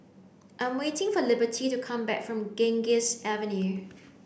I am waiting for Liberty to come back from Ganges Avenue